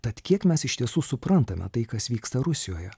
tad kiek mes iš tiesų suprantame tai kas vyksta rusijoje